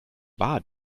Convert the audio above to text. war